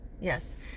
yes